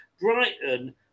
Brighton